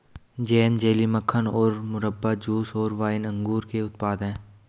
jam, jelly, मक्खन और मुरब्बा, जूस और वाइन अंगूर के उत्पाद हैं